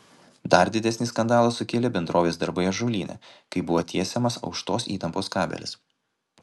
dar didesnį skandalą sukėlė bendrovės darbai ąžuolyne kai buvo tiesiamas aukštos įtampos kabelis